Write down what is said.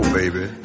baby